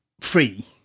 free